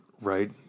Right